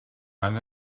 han